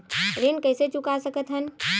ऋण कइसे चुका सकत हन?